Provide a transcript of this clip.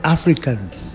Africans